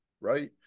right